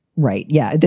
right. yeah.